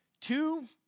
two